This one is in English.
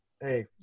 hey